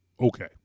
Okay